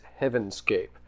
Heavenscape